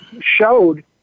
showed